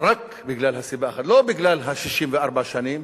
רק בגלל הסיבה, לא בגלל 64 השנים,